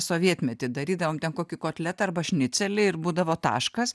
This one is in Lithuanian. sovietmety darydavom ten kokį kotletą arba šnicelį ir būdavo taškas